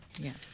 Yes